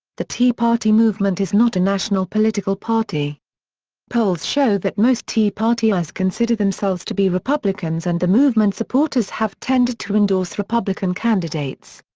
the tea party movement is not a national political party polls show that most tea partiers partiers consider themselves to be republicans and the movement's supporters have tended to endorse republican candidates.